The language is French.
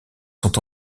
sont